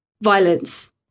violence